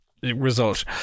Result